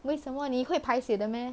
为什么你会 paiseh 的 meh